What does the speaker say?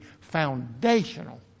foundational